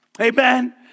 Amen